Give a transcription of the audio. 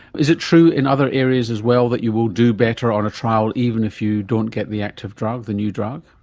is it true in other areas as well that you will do better on a trial, even if you don't get the active drug, the new drug?